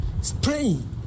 spraying